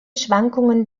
schwankungen